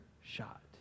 shot